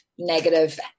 negative